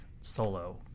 solo